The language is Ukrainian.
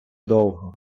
довго